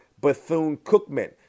Bethune-Cookman